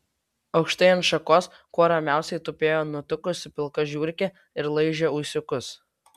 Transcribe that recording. aukštai ant šakos kuo ramiausiai tupėjo nutukusi pilka žiurkė ir laižė ūsiukus